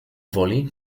woli